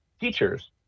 teachers